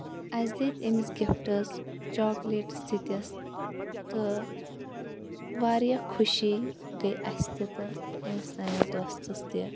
اَسہِ دِتۍ أمِس گِفٹٕس چاکلیٹٕس دِتِس تہٕ واریاہ خوشی گٔے اَسہِ تہِ تہٕ أمِس سٲنِس دوستَس تہِ